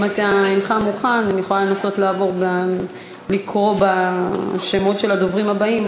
אם אינך מוכן אני מוכנה לנסות לקרוא בשמות של הדוברים הבאים,